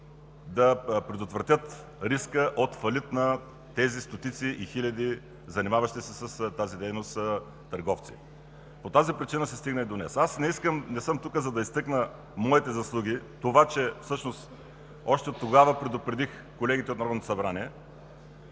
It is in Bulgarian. да предотвратят риска от фалит на тези стотици и хиляди, занимаващи се с тази дейност търговци. По тази причина се стигна и до днес. Аз не съм тук, за да изтъкна моите заслуги и това че всъщност още тогава предупредих колегите от Народното събрание,